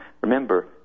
Remember